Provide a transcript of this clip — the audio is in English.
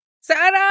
Sarah